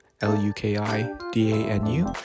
L-U-K-I-D-A-N-U